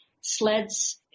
Sleds